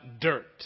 dirt